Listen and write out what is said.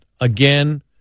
again